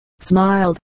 smiled